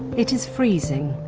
it is freezing,